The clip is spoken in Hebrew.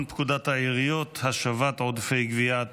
פקודת העיריות (השבת עודפי גבייה),